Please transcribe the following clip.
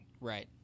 Right